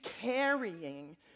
carrying